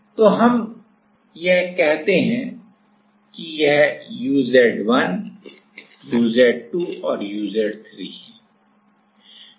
तो यह हम कहते हैं कि यह uz 1 तोuz 2 है और uz 3 है